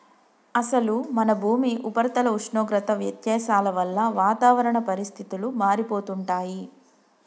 అసలు మన భూమి ఉపరితల ఉష్ణోగ్రత వ్యత్యాసాల వల్ల వాతావరణ పరిస్థితులు మారిపోతుంటాయి